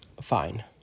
fine